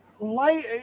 light